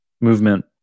movement